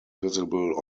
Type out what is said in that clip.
visible